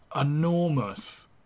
enormous